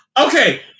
Okay